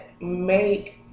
make